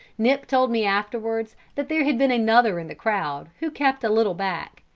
nip told me afterwards, that there had been another in the crowd who kept a little back,